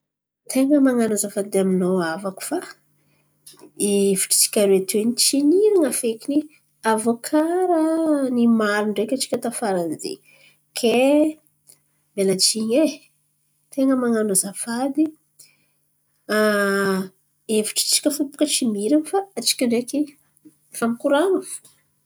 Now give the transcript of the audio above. Ten̈a man̈ano azafady aminô havako fa hevitry tsika aroe teo in̈y tsy niran̈a fekiny. Avô karà nimalo ndreky antsika tafara ny izy in̈y, kay miala tsin̈y e ten̈a man̈ano azafady. Hevitry tsika fo tsy miran̈a fa, antsika ndreky fa mikoran̈a fo.